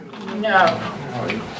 No